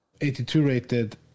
82-rated